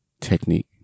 technique